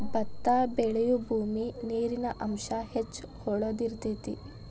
ಬತ್ತಾ ಬೆಳಿಯುಬೂಮಿ ನೇರಿನ ಅಂಶಾ ಹೆಚ್ಚ ಹೊಳದಿರತೆತಿ